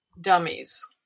dummies